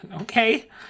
Okay